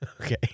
Okay